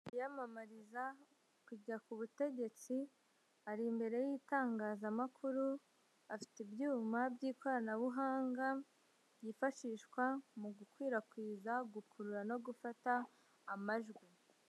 Wiyamamariza kujya ku butegetsi ari imbere y'itangazamakuru, afite ibyuma by'ikoranabuhanga ryifashishwa mu gukwirakwiza, gukurura no gufata amajwi.